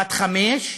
בת חמש,